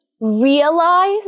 realize